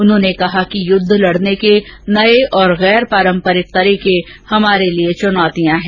उन्होंने कहा कि युद्ध लड़ने के नये और गैर पारम्परिक तरीके हमारे लिए चुनौतियां हैं